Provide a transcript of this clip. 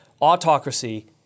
autocracy